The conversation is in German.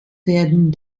werden